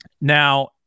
Now